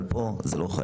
כאן זה לא חל.